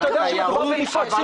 אבל